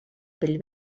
pell